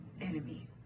enemy